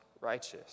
righteous